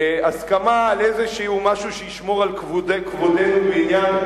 הסכמה על איזה משהו שישמור על כבודנו בעניין